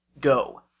go